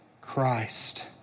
Christ